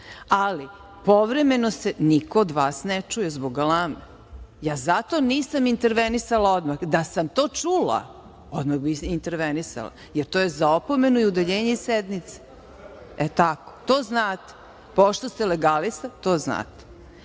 ali, povremeno se niko od vas ne čuje zbog galame. Zato nisam intervenisala odmah. Da sam to čula odmah bi intervenisala, jer to je za opomenu i udaljenje sa sednice. E, tako. To znate. Pošto ste legalista, to